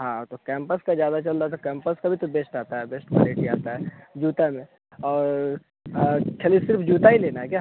हाँ तो कैम्पस का ज़्यादा चल रहा है तो कैम्पस का भी तो बेस्ट आता है बेस्ट क्वालिटी आता है जूता में और और छर सिर्फ जूता ही लेना है क्या